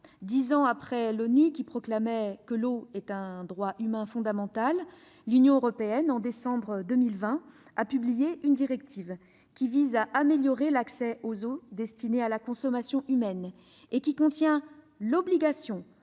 Dix ans après l'ONU, qui proclamait que l'eau est un droit humain fondamental, l'Union européenne, en décembre 2020, a publié une directive qui vise à « améliorer l'accès aux eaux destinées à la consommation humaine » et qui contient l'obligation